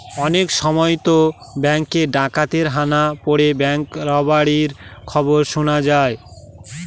অনেক সময়তো ব্যাঙ্কে ডাকাতের হানা পড়ে ব্যাঙ্ক রবারির খবর শোনা যায়